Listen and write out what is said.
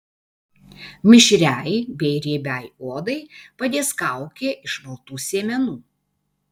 mišriai bei riebiai odai padės kaukė iš maltų sėmenų